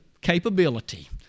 capability